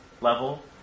level